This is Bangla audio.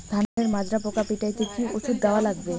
ধানের মাজরা পোকা পিটাইতে কি ওষুধ দেওয়া লাগবে?